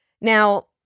Now